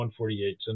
148